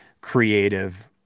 creative